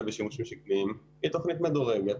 בשימושים שקליים היא תוכנית מדורגת.